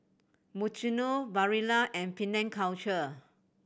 Mizuno Barilla and Penang Culture